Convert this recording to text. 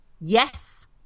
yes